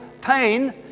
pain